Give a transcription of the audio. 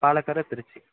Palakkarai Trichy